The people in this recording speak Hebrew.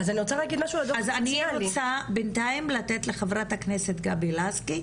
אז אני רוצה לתת לחה"כ גבי לסקי,